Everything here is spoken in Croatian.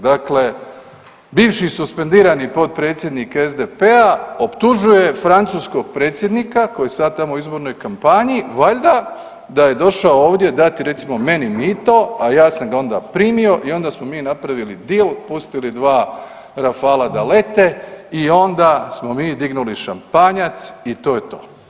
Dakle, bivši suspendirani potpredsjednik SDP-a optužuje francuskog predsjednika koji je sad tamo u izbornoj kampanji, valjda da je došao ovdje dati recimo meni mito, a ja sam ga onda primio i onda smo napravili deal pustili dva Rafala da lete i onda smo mi dignuli šampanjac i to je to.